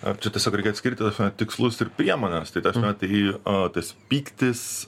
a čia tiesiog reikia atskirti tikslus ir priemones tai na tai a tas pyktis